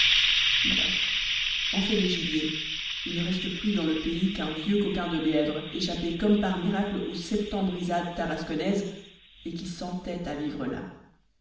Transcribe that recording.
bref en fait de gibier il ne reste plus dans le pays qu'un vieux coquin de lièvre échappé comme par miracle aux septembrisades tarasconnaises et qui s'entête à vivre là